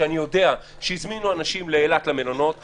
אני יודע שהזמינו אנשים למלונות באילת,